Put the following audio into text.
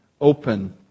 open